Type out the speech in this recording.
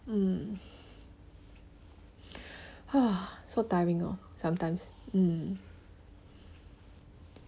mm so tiring hor sometimes mm